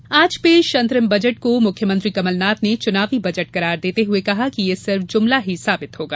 budget प्रतिक्रिया आज पेश अंतरिम बजट को मुख्यमंत्री कमलनाथ ने चुनावी बजट करार देते हुए कहा कि ये सिर्फ जुमला ही साबित होगा